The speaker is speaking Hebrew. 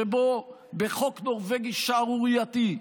שבו חוק נורבגי שערורייתי,